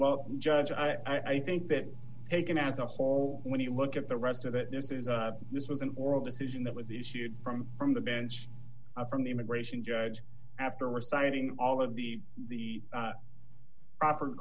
well judge i think that taken as a whole when you look at the rest of it this is a this was an oral decision that was issued from from the bench from the immigration judge after reciting all of the the proper